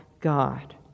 God